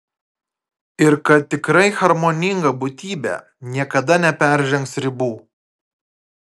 ir kad tikrai harmoninga būtybė niekada neperžengs ribų